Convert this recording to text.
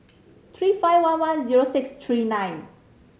three five one one zero six three nine